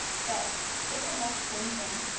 but isn't that the same thing?